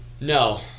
No